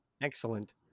Excellent